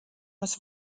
was